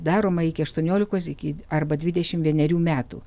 daroma iki aštuoniolikos iki arba dvidešimt vienerių metų